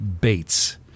Bates